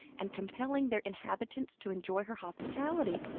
and compelling their inhabitants to enjoy her hospitality.